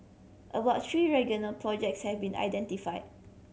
about three regional projects have been identified